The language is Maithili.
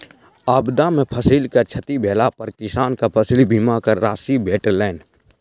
आपदा में फसिल के क्षति भेला पर किसान के फसिल बीमा के राशि भेटलैन